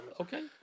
Okay